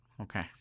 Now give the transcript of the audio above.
Okay